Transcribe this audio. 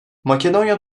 makedonya